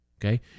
Okay